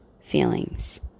feelings